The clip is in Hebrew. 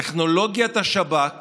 טכנולוגיית השב"כ